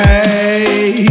Hey